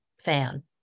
fan